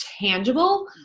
tangible